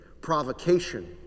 provocation